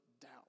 doubt